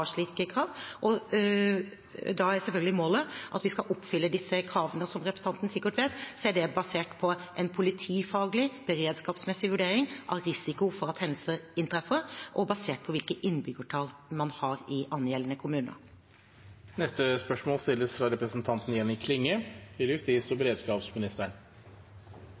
slike krav. Da er selvfølgelig målet at vi skal oppfylle disse kravene, og som representanten sikkert vet, er det basert på en politifaglig, beredskapsmessig vurdering av risiko for at hendelser inntreffer, og basert på hvilke innbyggertall man har i angjeldende kommuner. «Dei to Bell-helikoptera som den raud-grøne regjeringa fekk etablert som beredskap for politiet, stod fram til